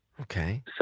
Okay